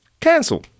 cancel